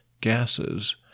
gases